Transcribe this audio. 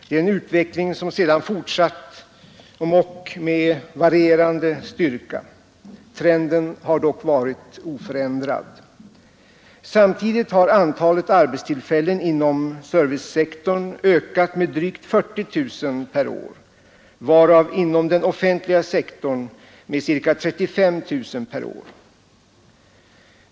Det är en utveckling som sedan fortsatt om ock med varierande styrka. Trenden har dock varit oförändrad. Samtidigt har antalet arbetstillfällen inom servicesektorn ökat med drygt 40 000 per år, varav inom den offentliga sektorn med ca 35 000 per år.